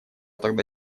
тогда